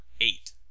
eight